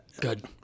Good